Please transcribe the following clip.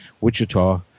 Wichita